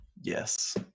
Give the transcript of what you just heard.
Yes